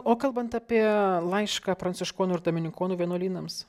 o kalbant apie laišką pranciškonų ir domininkonų vienuolynams